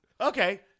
Okay